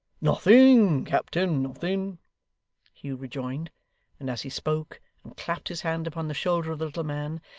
nothing, captain, nothing hugh rejoined and as he spoke, and clapped his hand upon the shoulder of the little man,